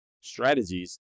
Strategies